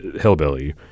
hillbilly